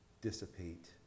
dissipate